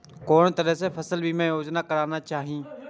कोन तरह के फसल बीमा योजना कराना चाही?